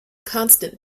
constant